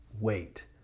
wait